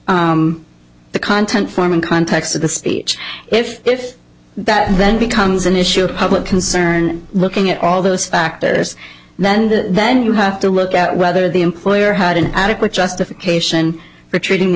the content form and context of the speech if that then becomes an issue public concern looking at all those factors that and then you have to look at whether the employer had an adequate justification for treating the